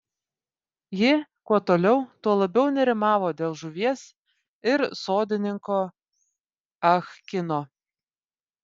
ji kuo toliau tuo labiau nerimavo dėl žuvies ir sodininko ah kino